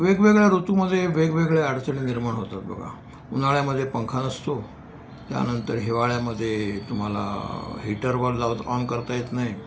वेगवेगळ्या ऋतूमध्ये वेगवेगळ्या अडचणी निर्माण होतात बघा उन्हाळ्यामध्ये पंखा नसतो त्यानंतर हिवाळ्यामध्ये तुम्हाला हीटरवर जावच ऑन करता येत नाही